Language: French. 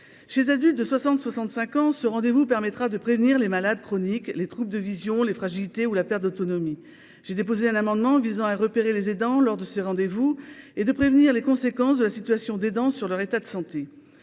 chez adultes de 60 65 ans, ce rendez-vous permettra de prévenir les malades chroniques, les troupes de vision les fragilités ou la perte d'autonomie, j'ai déposé un amendement visant à repérer les aidants lors de ce rendez-vous et de prévenir les conséquences de la situation des dents sur leur état de santé